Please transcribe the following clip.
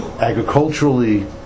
agriculturally